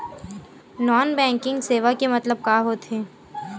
Non banking सेवा के मतलब का होथे?